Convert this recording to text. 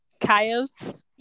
Coyotes